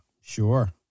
Sure